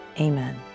Amen